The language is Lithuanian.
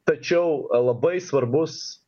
tačiau a labai svarbus